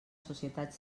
societat